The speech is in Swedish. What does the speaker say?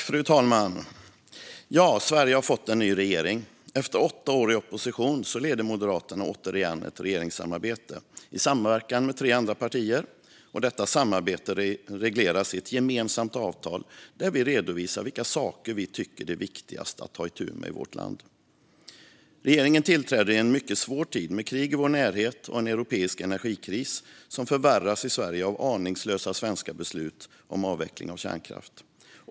Fru talman! Sverige har fått en ny regering. Efter åtta år i opposition leder Moderaterna återigen ett regeringssamarbete i samverkan med tre andra partier, och detta samarbete regleras i ett gemensamt avtal där vi redovisar vilka saker vi tycker det är viktigast att ta itu med i vårt land. Regeringen tillträder i en mycket svår tid med krig i vår närhet och en europeisk energikris som förvärras i Sverige av aningslösa svenska beslut om avveckling av kärnkraft.